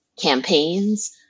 campaigns